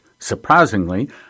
Surprisingly